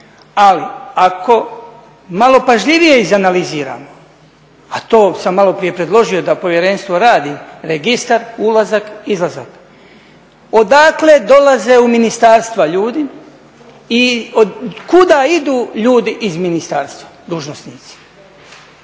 Ali ako malo pažljivije izanaliziramo, a to sam maloprije predložio da Povjerenstvo radi registar ulazak/izlazak, odakle dolaze u ministarstva ljudi i od kuda idu ljudi iz ministarstva, dužnosnici